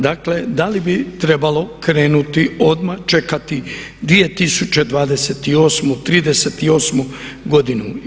Dakle da li bi trebalo krenuti odmah čekati 2028., 2038. godinu?